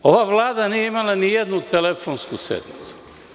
Ova Vlada nije imala ni jednu telefonsku sednicu.